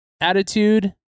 attitude